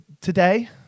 today